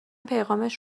پیغامش